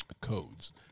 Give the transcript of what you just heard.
codes